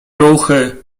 ruchy